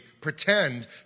pretend